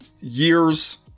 years